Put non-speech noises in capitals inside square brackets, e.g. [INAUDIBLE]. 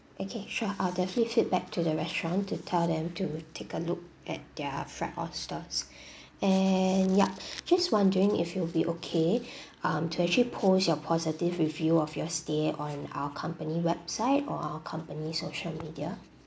okay sure I'll definitely feedback to the restaurant to tell them to take a look at their fried oysters [BREATH] and yup just wondering if you would be okay [BREATH] um to actually post your positive review of your stay on our company website or our company social media